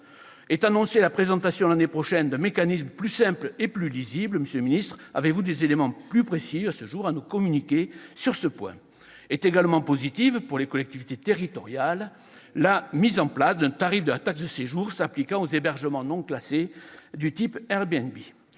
Est annoncée la présentation, l'année prochaine, d'un « mécanisme plus simple et lisible ». Monsieur le ministre, avez-vous des éléments plus précis à nous communiquer sur ce point ? Est également positive pour les collectivités territoriales la mise en place d'un tarif de la taxe de séjour s'appliquant aux hébergements non classés, du type Airbnb.